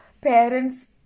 Parents